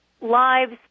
lives